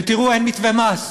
ותראו, אין מתווה מס.